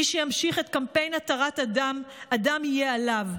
מי שימשיך את קמפיין התרת הדם, הדם יהיה עליו.